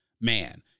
Man